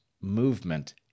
movement